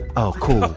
oh, cool. um